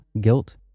guilt